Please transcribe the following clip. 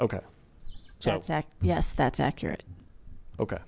okay yes that's accurate okay